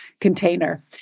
container